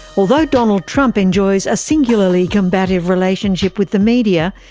although donald trump enjoys a singularly combative relationship with the media,